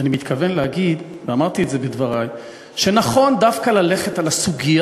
בהיסטוריה הישראלית, אז הרי ברור שדווקא במקום